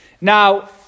Now